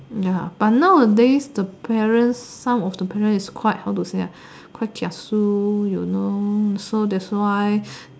ya but nowadays the parents some of the parents is quite how to say ah quite kiasu you know so that's why